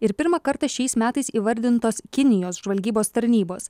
ir pirmą kartą šiais metais įvardintos kinijos žvalgybos tarnybos